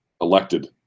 elected